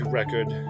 record